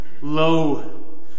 Lo